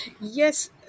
Yes